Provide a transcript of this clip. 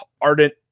ardent